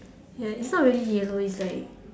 ya it's not really yellow it's like